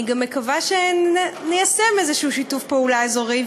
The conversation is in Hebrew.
אני גם מקווה שניישם איזשהו שיתוף פעולה אזורי,